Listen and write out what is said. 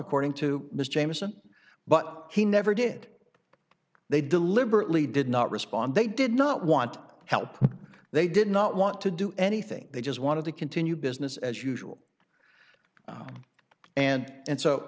according to ms jamieson but he never did they deliberately did not respond they did not want help they did not want to do anything they just wanted to continue business as usual and